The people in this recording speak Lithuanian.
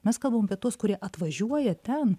mes kalbam apie tuos kurie atvažiuoja ten